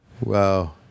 Wow